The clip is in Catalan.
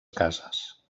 cases